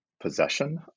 Possession